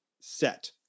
set